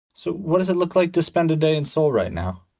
so what does it look like to spend a day in seoul right now?